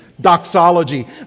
doxology